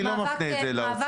אני לא מפנה את זה לאוצר.